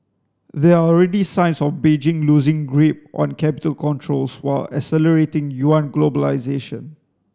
there are already signs of Beijing loosing grip on capital controls while accelerating yuan globalisation